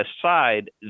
aside